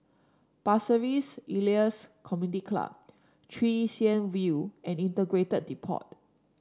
Pasir Ris Elias Community Club Chwee Chian View and Integrated Depot